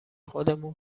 خودمون